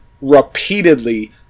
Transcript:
repeatedly